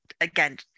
again